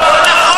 כן.